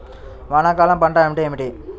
వానాకాలం పంట అంటే ఏమిటి?